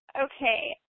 Okay